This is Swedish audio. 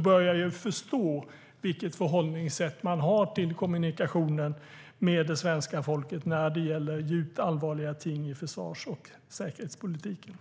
börjar jag förstå vilket förhållningssätt man har till kommunikationen med svenska folket när det gäller djupt allvarliga ting i försvars och säkerhetspolitiken.